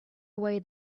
away